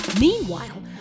Meanwhile